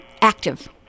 active